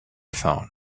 phone